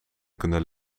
kunnen